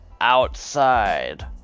outside